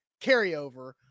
carryover